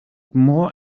more